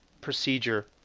procedure